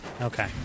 Okay